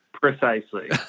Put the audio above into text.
precisely